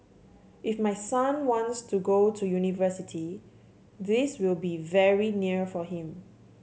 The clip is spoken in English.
if my son wants to go to university this will be very near for him